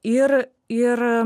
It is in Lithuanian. ir ir